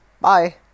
Bye